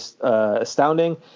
astounding